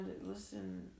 Listen